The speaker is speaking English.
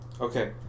okay